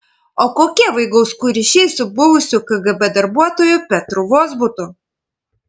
o kokie vaigauskų ryšiai su buvusiu kgb darbuotoju petru vozbutu